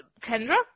Kendra